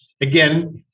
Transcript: again